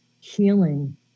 healing